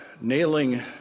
nailing